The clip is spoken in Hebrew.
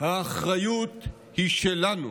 האחריות היא שלנו,